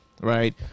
right